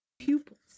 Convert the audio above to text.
Pupils